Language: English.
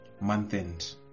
month-end